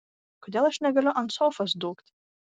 kodėl aš negaliu ant sofos dūkt